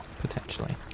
Potentially